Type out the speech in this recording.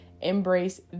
Embrace